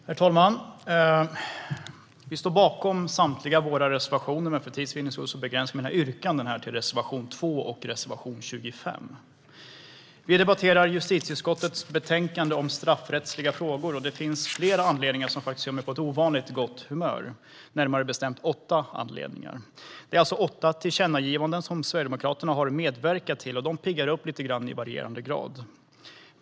Herr talman! Vi står bakom samtliga våra reservationer, men för tids vinnande begränsar jag mina yrkanden och yrkar bifall endast till reservationerna 2 och 25. Vi debatterar justitieutskottets betänkande Straffrättsliga frågor . Det finns flera anledningar till att jag är på ett ovanligt gott humör, närmare bestämt åtta anledningar. Det är alltså åtta tillkännagivanden Sverigedemokraterna har medverkat till, och de piggar upp lite grann i varierande grad.